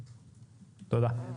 תודה.